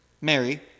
Mary